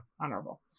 honorable